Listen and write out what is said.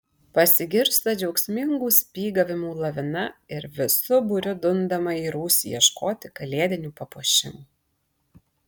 pasigirsta džiaugsmingų spygavimų lavina ir visu būriu dundama į rūsį ieškoti kalėdinių papuošimų